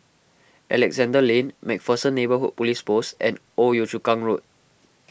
Alexandra Lane MacPherson Neighbourhood Police Post and Old Yio Chu Kang Road